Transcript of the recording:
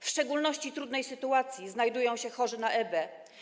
W szczególności w trudnej sytuacji znajdują się chorzy na EB.